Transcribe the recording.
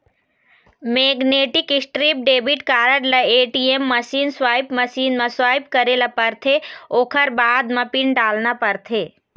magnetic strip debit card ल ATM machine, swipe machine म swipe करे ल परथे ओखर बाद म पिन डालना परथे